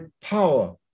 power